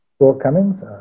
shortcomings